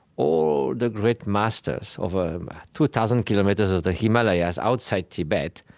all the great masters of ah two thousand kilometers of the himalayas outside tibet,